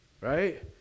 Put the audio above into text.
right